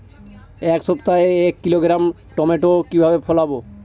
এক সপ্তাহে এক কিলোগ্রাম টমেটো কিভাবে ফলাবো?